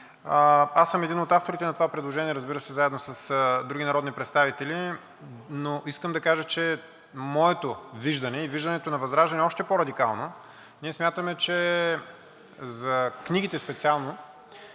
Аз съм един от авторите на това предложение, разбира се, заедно с други народни представители. Искам да кажа, че моето виждане и виждането на ВЪЗРАЖДАНЕ е още по-радикално. Ние смятаме, че за книгите специално